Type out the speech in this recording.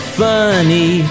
funny